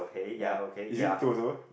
ya is it two also